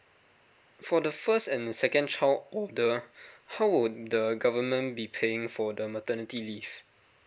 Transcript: for the first and second child order how would the government be paying for the maternity leave